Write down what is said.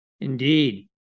Indeed